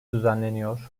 düzenleniyor